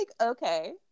okay